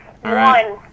One